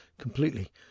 completely